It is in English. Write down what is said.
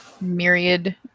myriad